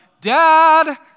dad